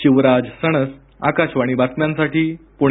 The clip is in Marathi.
शिवराज सणस आकाशवाणी बातम्यांसाठी पुणे